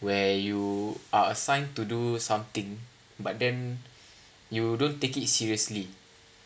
where you are assigned to do something but then you don't take it seriously